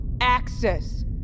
access